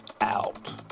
out